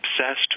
obsessed